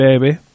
baby